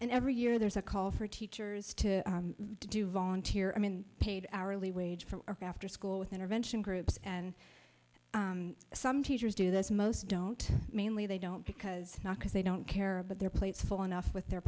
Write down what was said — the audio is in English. in every year there's a call for teachers to do volunteer i mean paid hourly wage for after school with intervention groups and some teachers do this most don't mainly they don't because not because they don't care about their plates full enough with their